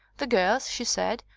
the girls, she said,